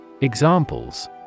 Examples